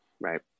right